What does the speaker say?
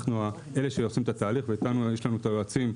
אנחנו אלה שעושים את התהליך ויש לנו את היועצים,